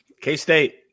K-State